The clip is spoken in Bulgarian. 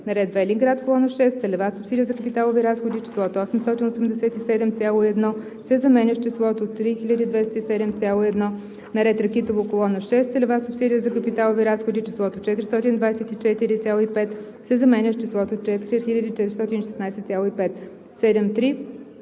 на ред „Велинград“, колона 6 – Целева субсидия за капиталови разходи, числото „887,10“ се заменя с числото „3 207,10“; - на ред „Ракитово“, колона 6 – Целева субсидия за капиталови разходи, числото „424,50“ се заменя с числото „4 416,50“. 7.3.